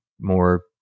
more